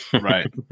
Right